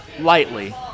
Lightly